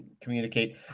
communicate